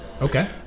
Okay